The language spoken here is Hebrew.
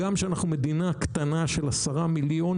גם שאנחנו מדינה קטנה של עשרה מיליון,